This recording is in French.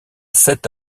sept